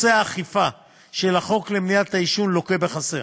אכיפת החוק למניעת העישון לוקה בחסר.